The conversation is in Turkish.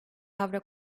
avro